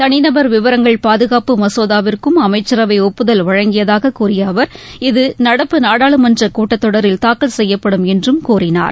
தனிநபர் விவரங்கள் பாதுகாப்பு மசோதாவிற்கும் அமைச்சரவை ஒப்புதல் வழங்கியதாக கூறிய அவர் இது நடப்பு நாடாளுமன்ற கூட்டத்தொடரில் தாக்கல் செய்யப்படும் என்றும் அமைச்சர் கூறினார்